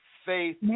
Faith